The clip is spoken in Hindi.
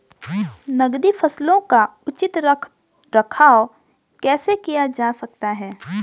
नकदी फसलों का उचित रख रखाव कैसे किया जा सकता है?